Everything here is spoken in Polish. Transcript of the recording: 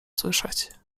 słyszeć